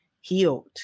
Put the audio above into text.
healed